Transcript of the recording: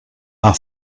are